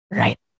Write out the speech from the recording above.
right